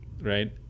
right